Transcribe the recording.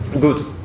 Good